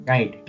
Right